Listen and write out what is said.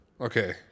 Okay